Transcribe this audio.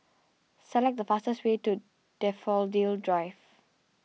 select the fastest way to Daffodil Drive